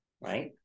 right